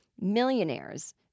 millionaires